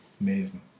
Amazing